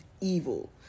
evil